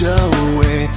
away